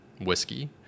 whiskey